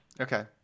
Okay